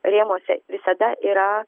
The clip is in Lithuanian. rėmuose visada yra